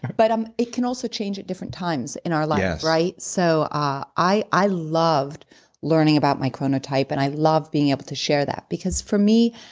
but um it can also change at different times in our life, right? so ah yes i loved learning about my chronotype and i loved being able to share that because for me,